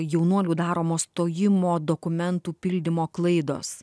jaunuolių daromos stojimo dokumentų pildymo klaidos